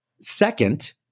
Second